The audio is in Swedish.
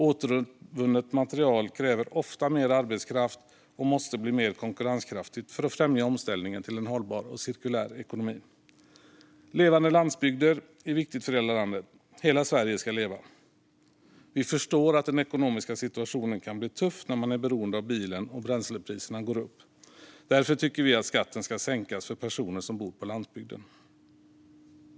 Återvunnet material kräver ofta mer arbetskraft och måste bli mer konkurrenskraftigt för att främja omställningen till en hållbar och cirkulär ekonomi. Levande landsbygder är viktigt för hela landet. Hela Sverige ska leva. Vi förstår att den ekonomiska situationen kan bli tuff när man är beroende av bilen och bränslepriserna går upp. Därför tycker vi att skatten ska sänkas för personer som bor på landsbygden.